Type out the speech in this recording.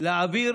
להעביר